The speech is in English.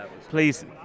Please